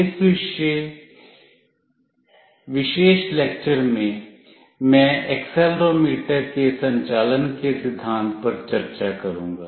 इस विशेष लेक्चर में मैं एक्सेलेरोमीटर के संचालन के सिद्धांत पर चर्चा करूंगा